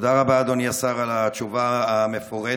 תודה רבה, אדוני השר, על התשובה המפורטת.